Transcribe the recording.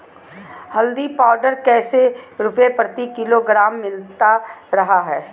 हल्दी पाउडर कैसे रुपए प्रति किलोग्राम मिलता रहा है?